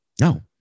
No